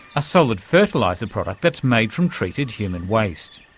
a solid fertiliser product that's made from treated human waste.